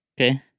Okay